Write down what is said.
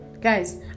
Guys